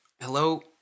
hello